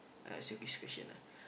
I ask you this question ah